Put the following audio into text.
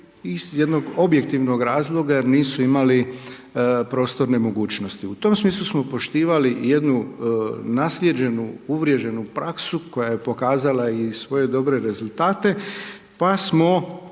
iz jednog objektivnog razloga, jer nisu imali prostorne mogućnosti. U tom smislu smo poštivali jednu naslijeđenu uvriježenu praksu koja je pokazala i svoje dobre rezultate, pa smo